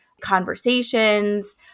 conversations